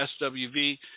SWV